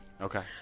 Okay